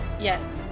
Yes